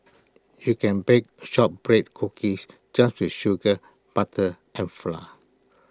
you can bake Shortbread Cookies just with sugar butter and flan